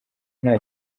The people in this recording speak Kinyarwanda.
nta